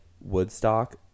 Woodstock